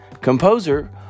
composer